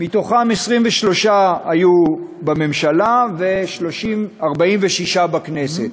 מהם 23 היו בממשלה, ו-46 בכנסת.